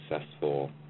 successful